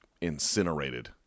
incinerated